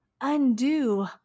undo